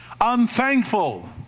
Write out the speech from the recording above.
Unthankful